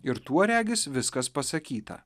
ir tuo regis viskas pasakyta